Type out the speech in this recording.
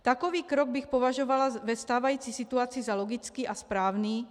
Takový krok bych považovala ve stávající situaci za logický a správný.